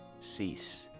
cease